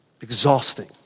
exhausting